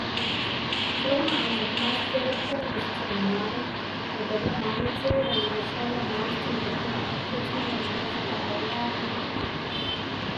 lo maꞌl nak man sdzebc̲h̲ená lo stsuw man o dela lëꞌ man itsuwda, lëꞌma x̱oꞌn lëꞌ man sdzinnkë kwlaꞌg x̱itsma lëꞌ man xkëwu lëdma.